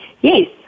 yes